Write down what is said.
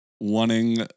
wanting